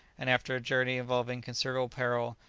and, after a journey involving considerable peril,